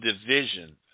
division